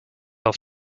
auf